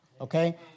okay